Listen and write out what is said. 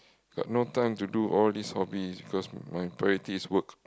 got no time to do all this hobbies because my priorities work